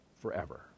forever